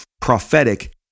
prophetic